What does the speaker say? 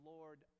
Lord